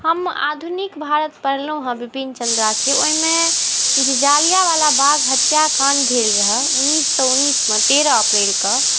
हम आधुनिक भारत पढ़लहुँ हँ बिपिन चन्द्राके ओहिमे जे जलियाँवाला बाग हत्याकाण्ड भेल रहै उनैस सओ उनैसमे तेरह अप्रैल के